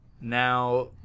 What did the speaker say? Now